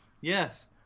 Yes